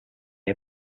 day